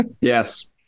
Yes